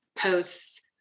posts